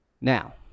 Now